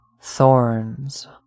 thorns